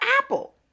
apple